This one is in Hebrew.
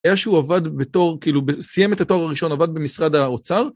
איזשהו עבד בתור כאילו סיים את התואר הראשון, עבד במשרד האוצר.